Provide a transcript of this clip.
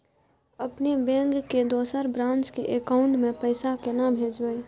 अपने बैंक के दोसर ब्रांच के अकाउंट म पैसा केना भेजबै?